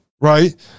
right